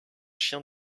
chiens